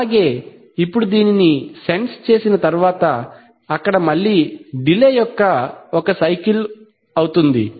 అలాగే ఇప్పుడు దీనిని సెన్స్ చేసిన తరువాత అక్కడ మళ్ళీ డిలే యొక్క ఒక సైకిల్ అవుతుంది